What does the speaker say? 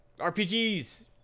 RPGs